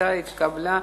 היתה והתקבלה,